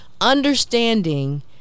understanding